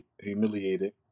humiliated